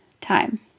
time